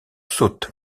saute